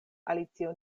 alicio